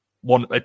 one